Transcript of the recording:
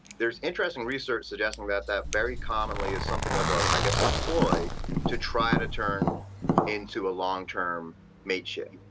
there's interesting research suggesting that that very commonly is something of a i guess a ploy to try to turn into a long-term mateship.